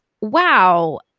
wow